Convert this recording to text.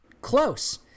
Close